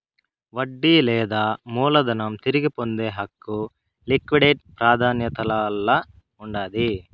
వడ్డీ లేదా మూలధనం తిరిగి పొందే హక్కు లిక్విడేట్ ప్రాదాన్యతల్ల ఉండాది